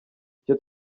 icyo